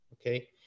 okay